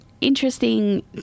interesting